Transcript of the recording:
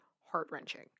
heart-wrenching